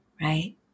right